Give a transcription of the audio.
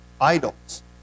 idols